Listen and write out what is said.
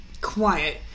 quiet